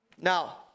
Now